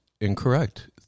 incorrect